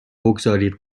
بگذارید